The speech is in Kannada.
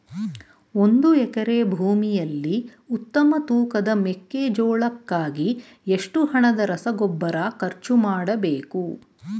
ಒಂದು ಎಕರೆ ಭೂಮಿಯಲ್ಲಿ ಉತ್ತಮ ತೂಕದ ಮೆಕ್ಕೆಜೋಳಕ್ಕಾಗಿ ಎಷ್ಟು ಹಣದ ರಸಗೊಬ್ಬರ ಖರ್ಚು ಮಾಡಬೇಕು?